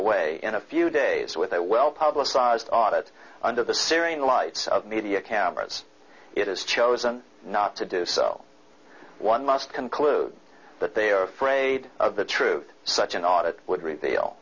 away in a few days with a well publicized audit under the syrian lights of media cameras it has chosen not to do so one must conclude that they are afraid of the truth such an audit would reveal